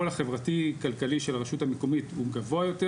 החברתי כלכלי של הרשות המקומית גבוה יותר